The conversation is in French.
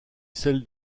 celle